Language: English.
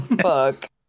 Fuck